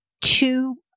two